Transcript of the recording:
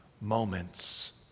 moments